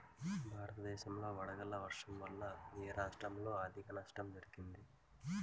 భారతదేశం లో వడగళ్ల వర్షం వల్ల ఎ రాష్ట్రంలో అధిక నష్టం జరిగింది?